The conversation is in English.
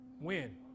Win